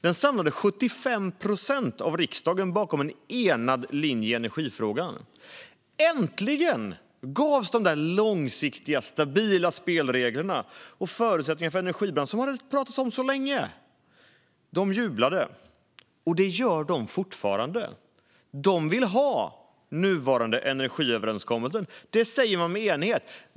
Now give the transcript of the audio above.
Den samlade 75 procent av riksdagen bakom en enad linje i energifrågan. Äntligen gavs det långsiktiga, stabila spelregler och förutsättningar för energibranschen som de hade pratat om så länge. De jublade, och det gör de fortfarande. De vill ha nuvarande energiöverenskommelse. Det säger man med enighet.